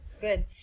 Good